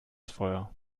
feuer